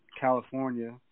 California